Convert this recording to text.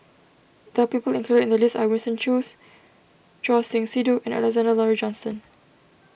the people included in the list are Winston Choos Choor Singh Sidhu and Alexander Laurie Johnston